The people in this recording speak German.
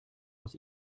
aus